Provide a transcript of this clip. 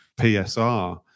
PSR